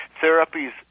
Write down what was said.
Therapies